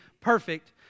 perfect